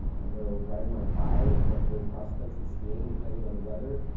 um i go ride my bike, or i go cross-country skiing, depending on the weather,